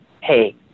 hey